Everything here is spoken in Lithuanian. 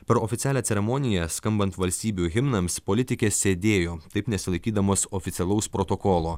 pro oficialią ceremoniją skambant valstybių himnams politikė sėdėjo taip nesilaikydamas oficialaus protokolo